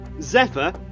zephyr